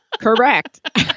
correct